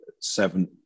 seven